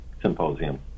symposium